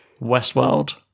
Westworld